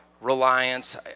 reliance